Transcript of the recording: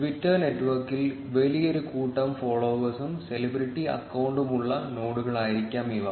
Twitter നെറ്റ്വർക്കിൽ വലിയൊരു കൂട്ടം ഫോളോവേഴ്സും സെലിബ്രിറ്റി അക്കൌണ്ടുകളുമുള്ള നോഡുകളായിരിക്കാം ഇവ